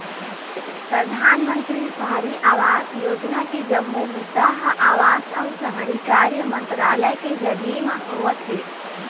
परधानमंतरी सहरी आवास योजना के जम्मो बूता ह आवास अउ शहरी कार्य मंतरालय के जरिए म होवत हे